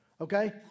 okay